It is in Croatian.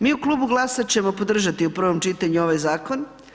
Mi u klubu GLAS-a ćemo podržati u prvom čitanju ovaj zakon.